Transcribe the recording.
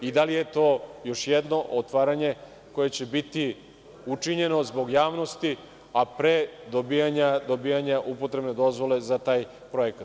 Da li je to još jedno otvaranje koje će biti učinjeno zbog javnosti, a pre dobijanja upotrebne dozvole za taj projekat?